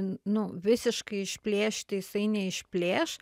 nu visiškai išplėšti jisai neišplėš